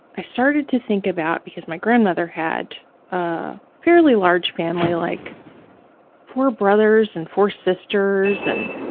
i started to think about, because my grandmother had a fairly large family, like four brothers and four sisters and